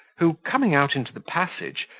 who coming out into the passage,